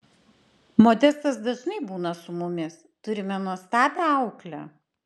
modestas dažnai būna su mumis turime nuostabią auklę